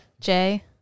Jay